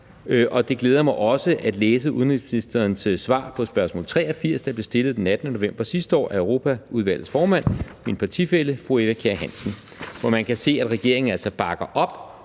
Og det glæder mig også at læse udenrigsministerens svar på spørgsmål 83, der blev stillet den 18. november sidste år af Europaudvalgets formand, min partifælle, fru Eva Kjer Hansen, hvor kan man se, at regeringen altså bakker op